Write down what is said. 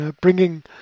bringing